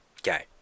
Okay